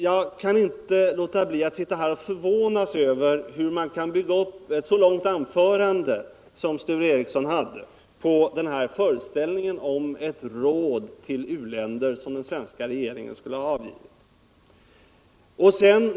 Jag kan inte låta bli att förvånas över hur man kan bygga upp ett så långt anförande som det Sture Ericson höll på föreställningen om ett råd till u-länder som den svenska regeringen skulle ha givit.